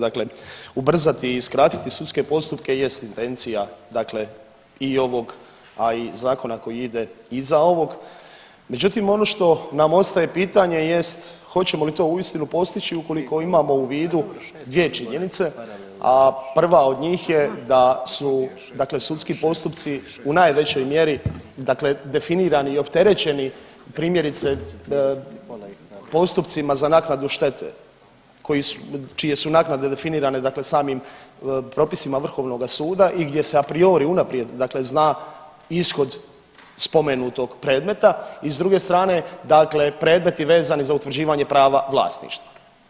Dakle, ubrzati i skratiti sudske postupke jest intencija i ovog, a i zakona koji ide iza ovog, međutim ono što nam ostaje pitanje jest hoćemo li to uistinu postići ukoliko imamo u vidu dvije činjenica, a prva od njih je da su sudski postupci u najvećoj mjeri definirani i opterećeni primjerice postupcima za naknadu štete čije su naknade definirane samim propisima vrhovnoga suda i gdje se a priori unaprijed dakle zna ishod spomenutog predmeta i s druge strane predmeti vezani za utvrđivanje prava vlasništva.